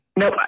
No